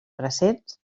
presents